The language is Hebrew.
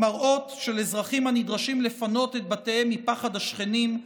המראות של אזרחים הנדרשים לפנות את בתיהם מפחד השכנים,